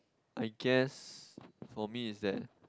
I guess for me is that